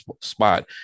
spot